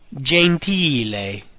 Gentile